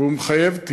והיא מחייבת טיפול.